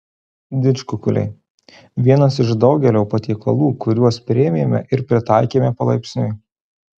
didžkukuliai vienas iš daugelio patiekalų kuriuos priėmėme ir pritaikėme palaipsniui